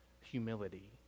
humility